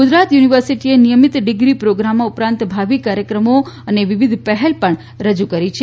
ગુજરાત યુનિવર્સિટીએ નિથમિત ડિગ્રી પ્રોગ્રામો ઉપરાંત ભાવિ કાર્યક્રમો અને વિવિધ પહેલ પણ રજૂ કરી છે